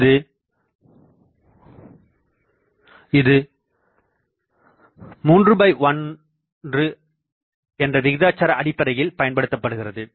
இது 31 விகிதாச்சார அடிப்படையில் பயன்படுத்தப்படுகிறது